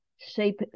shape